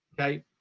okay